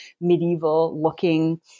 medieval-looking